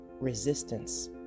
resistance